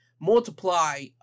multiply